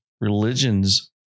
religions